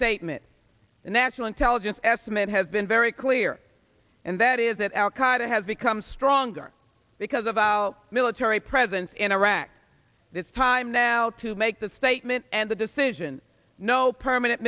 statement a national intelligence estimate has been very clear and that is that al qaida has become stronger because of out military presence in iraq it's time now to make the statement and the decision no permanent